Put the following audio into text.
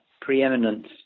preeminence